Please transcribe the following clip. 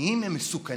הימנים הם מסוכנים.